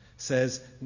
says